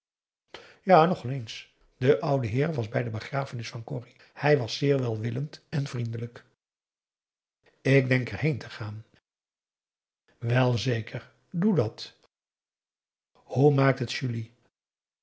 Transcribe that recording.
ja nogal eens de oude heer was bij de begrafenis van corrie hij was zeer welwillend en vriendelijk ik denk er heen te gaan wel zeker doe dat hoe maakt het julie